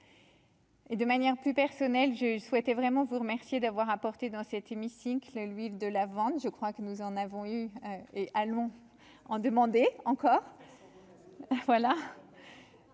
Et de manière plus personnelle, je souhaitais vraiment vous remercier d'avoir apporté dans cet hémicycle, l'huile de la vente, je crois que nous en avons eu et allemands ont demandé encore voilà